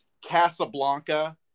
Casablanca